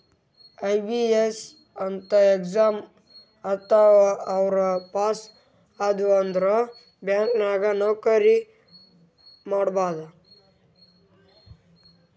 IBPS ಅಂತ್ exam ಇರ್ತಾವ್ ಅವು ಪಾಸ್ ಆದ್ಯವ್ ಅಂದುರ್ ಬ್ಯಾಂಕ್ ನಾಗ್ ನೌಕರಿ ಮಾಡ್ಬೋದ